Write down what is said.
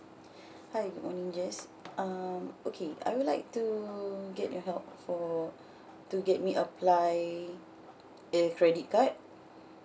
hi good morning jess um okay I would like to get your help for to get me apply a credit card